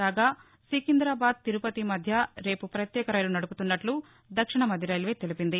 కాగా సికింద్రాబాద్ తిరుపతి మధ్య రేపు ప్రత్యేక రైలు నడుపుతున్నట్లు దక్షిణ మధ్య రైల్వే తెలిపింది